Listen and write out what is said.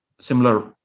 similar